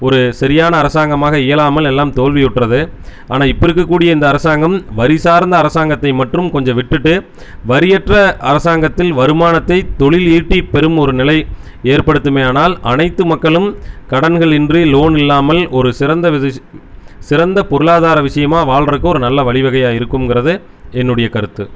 ஒரு சரியான அரசாங்கமாக இயலாமல் எல்லாம் தோல்வியுற்றது ஆனால் இப்போ இருக்கக்கூடிய இந்த அரசாங்கம் வரி சார்ந்த அரசாங்கத்தை மட்டும் கொஞ்சம் விட்டுட்டு வரியற்ற அரசாங்கத்தில் வருமானத்தை தொழில் ஈட்டி பெரும் ஒரு நிலை ஏற்படுத்துமேயானால் அனைத்து மக்களும் கடன்களின்றி லோன் இல்லாமல் ஒரு சிறந்த சிறந்த பொருளாதார விஷயமா வாழ்றதுக்கு ஒரு நல்ல வழி வகையாக இருக்கும்ங்கிறது என்னுடைய கருத்து